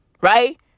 right